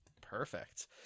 perfect